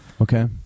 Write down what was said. Okay